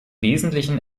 wesentlichen